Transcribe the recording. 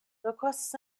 requests